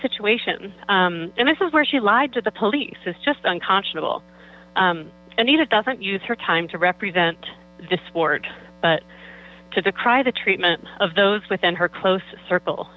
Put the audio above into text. situation and this is where she lied to the police it's just unconscionable anita doesn't use her time to represent the sport but to decry the treatment of those within her close circle